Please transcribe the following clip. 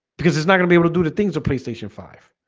because it's not gonna be able to do the things of playstation five